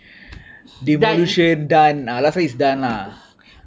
devolution done uh last one is done lah